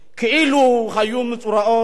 כאילו היו מצורעות,